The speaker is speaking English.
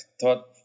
thought